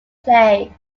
plays